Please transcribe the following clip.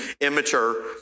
immature